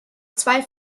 zwei